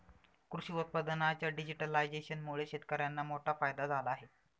कृषी उत्पादनांच्या डिजिटलायझेशनमुळे शेतकर्यांना मोठा फायदा झाला आहे